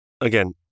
Again